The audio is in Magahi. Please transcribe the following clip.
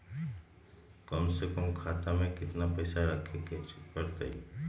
कम से कम खाता में हमरा कितना पैसा रखे के परतई?